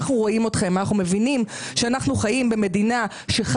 אחמד, אנחנו ניזום ביחד דברים שהם לטובתם.